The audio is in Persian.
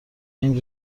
این